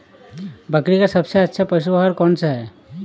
बकरी का सबसे अच्छा पशु आहार कौन सा है?